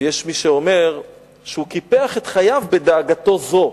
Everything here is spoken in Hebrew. ויש מי שאומר שהוא קיפח את חייו בדאגתו זו.